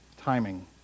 timing